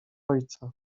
ojca